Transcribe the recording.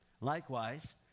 Likewise